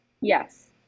Yes